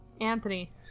Anthony